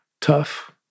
tough